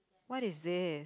what is this